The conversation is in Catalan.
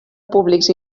públics